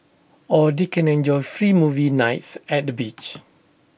or they can enjoy free movie nights at the beach